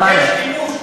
יש כיבוש ברצועת-עזה,